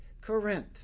Corinth